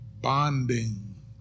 bonding